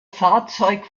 fahrzeug